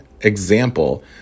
example